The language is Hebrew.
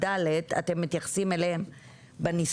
(ד) אתם מתייחסים אליהם בניסוח,